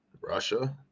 Russia